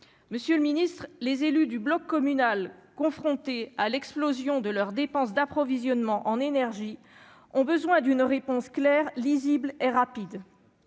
monsieur le Ministre, les élus du bloc communal confrontée à l'explosion de leurs dépenses d'approvisionnement en énergie ont besoin d'une réponse claire lisible et rapide,